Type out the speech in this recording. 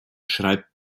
schreibt